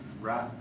right